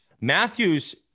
Matthews